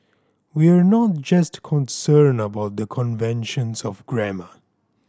we're not just concerned about the conventions of grammar